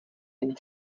jen